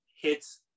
hits